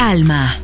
Alma